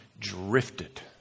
drifted